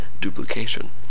duplication